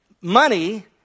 money